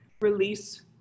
release